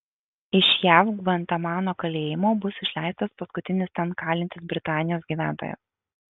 iš jav gvantanamo kalėjimo bus išleistas paskutinis ten kalintis britanijos gyventojas